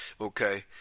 Okay